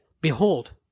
Behold